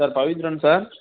sir Pavithran sir